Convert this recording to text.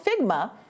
Figma